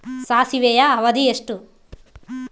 ಸಾಸಿವೆಯ ಅವಧಿ ಎಷ್ಟು?